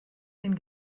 den